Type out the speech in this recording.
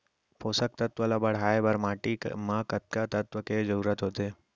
पोसक तत्व ला बढ़ाये बर माटी म कतका तत्व के जरूरत होथे?